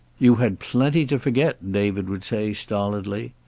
you had plenty to forget, david would say, stolidly.